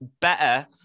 better